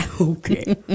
Okay